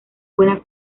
buena